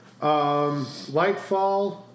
Lightfall